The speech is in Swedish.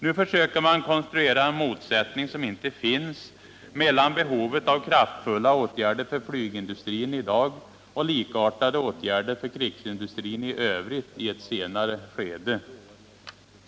Nu försöker man konstruera en motsättning som inte finns mellan behovet av kraftfulla åtgärder för flygindustrin i dag och likartade åtgärder för krigsindustrin i övrigt i ett senare skede.